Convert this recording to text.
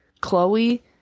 Chloe